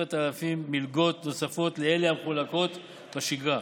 כ-10,000 מלגות נוספות לאלה המחולקות בשגרה,